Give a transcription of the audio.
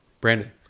Brandon